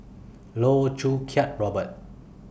Loh Choo Kiat Robert